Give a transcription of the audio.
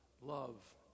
love